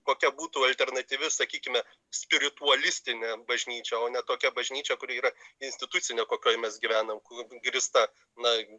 kokia būtų alternatyvi sakykime spiritualistinė bažnyčia o ne tokia bažnyčia kuri yra institucinė kokioj mes gyvenam kuo grįsta na